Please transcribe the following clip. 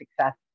success